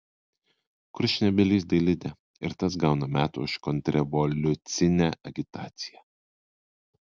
kurčnebylis dailidė ir tas gauna metų už kontrrevoliucine agitaciją